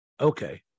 Okay